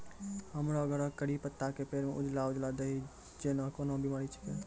हमरो घर के कढ़ी पत्ता के पेड़ म उजला उजला दही जेना कोन बिमारी छेकै?